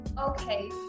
Okay